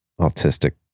autistic